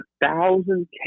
thousand